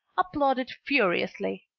applauded furiously.